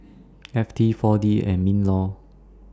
F T four D and MINLAW